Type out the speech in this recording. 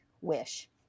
wish